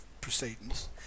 proceedings